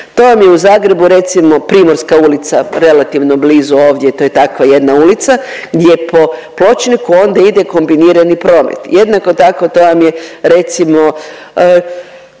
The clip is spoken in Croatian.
To vam je u Zagrebu recimo Primorska ulica, relativno blizu ovdje to je takva jedna ulica gdje po pločniku onda ide kombinirani promet. Jednako tako to vam je recimo